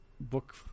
Book